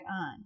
on